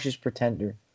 pretender